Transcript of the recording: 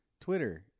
Twitter